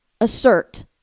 assert